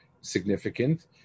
significant